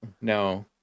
No